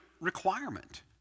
requirement